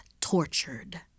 tortured